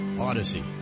Odyssey